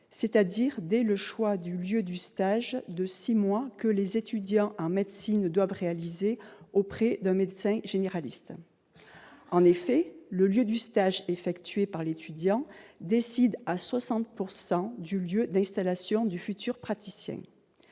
c'est-à-dire dès le choix du lieu du stage de six mois que les étudiants en médecine doivent réaliser auprès d'un médecin généraliste. En effet, le lieu du stage effectué par l'étudiant décide à 60 % du lieu d'installation du futur praticien.